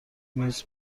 نیز